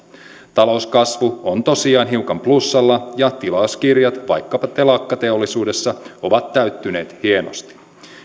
talouskasvu on tosiaan hiukan plussalla ja tilauskirjat vaikkapa telakkateollisuudessa ovat täyttyneet hienosti